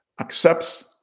accepts